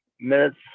minutes